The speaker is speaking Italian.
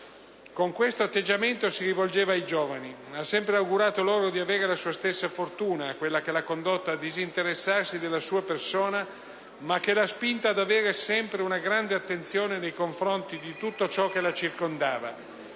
Con questo atteggiamento si rivolgeva ai giovani. Ha sempre augurato loro di avere la sua stessa fortuna: quella che l'ha condotta a disinteressarsi della sua persona, ma che l'ha spinta ad avere sempre una grande attenzione nei confronti di tutto ciò che la circondava;